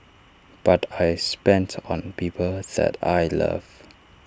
but I spend on people that I love